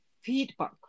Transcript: feedback